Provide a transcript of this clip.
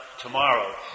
tomorrow